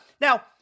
Now